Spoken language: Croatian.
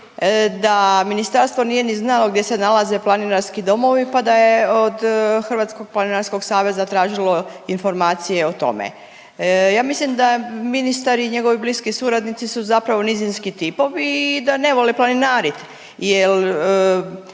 da ministarstvo nije ni znalo gdje se nalaze planinarski domovi pa da je od Hrvatskog planinarskog saveza tražilo informacije o tome. Ja mislim da ministar i njegovi bliski suradnici su zapravo nizinski tipovi i da ne vole planinariti